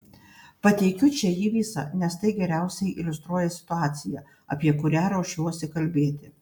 pateikiu čia jį visą nes tai geriausiai iliustruoja situaciją apie kurią ruošiuosi kalbėti